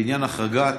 בעניין החרגת